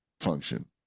function